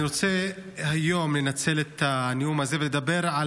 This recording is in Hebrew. אני רוצה היום לנצל את הנאום הזה ולדבר על